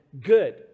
good